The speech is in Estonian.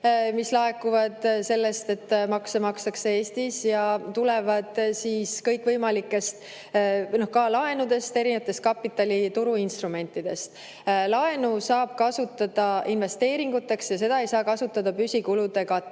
mis laekuvad sellest, et Eestis makstakse makse, ja tulevad ka kõikvõimalikest laenudest, erinevatest kapitalituru instrumentidest. Laenu saab kasutada investeeringuteks, seda ei saa kasutada püsikulude katmiseks.